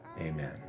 Amen